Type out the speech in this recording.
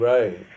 Right